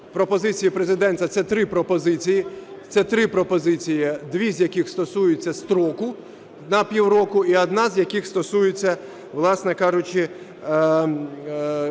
пропозиції Президента – це три пропозиції, дві з яких стосуються строку на півроку, і одна з яких стосується, власне кажучи,